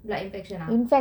blood infection ah